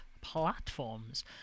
platforms